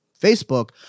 Facebook